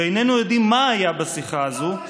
ואיננו יודעים מה היה בשיחה הזאת,